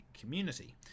community